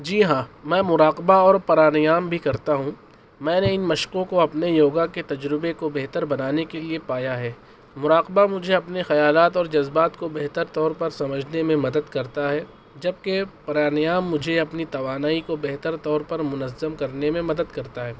جی ہاں میں مراقبہ اور پرانیام بھی کرتا ہوں میں نے ان مشقوں کو اپنے یوگا کے تجربے کو بہتر بنانے کے لیے پایا ہے مراقبہ مجھے اپنے خیالات اور جذبات کو بہتر طور پر سمجھنے میں مدد کرتا ہے جبکہ پرانیام مجھے اپنی توانائی کو بہتر طور پر منظم کرنے میں مدد کرتا ہے